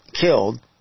killed